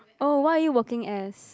oh what are you working as